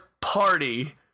party